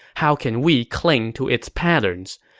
how can we cling to its patterns?